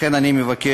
לכן אני מבקש,